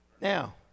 now